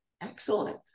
Excellent